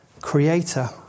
creator